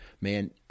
man